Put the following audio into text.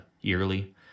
yearly